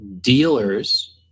dealers